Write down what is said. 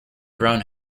brown